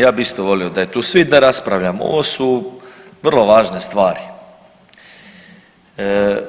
Ja bi isto volio da je tu svi da raspravljamo, ovo su vrlo važne stvari,